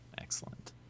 Excellent